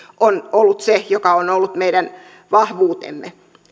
on ollut se joka on ollut meidän vahvuutemme